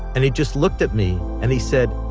and he just looked at me and he said,